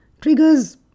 Triggers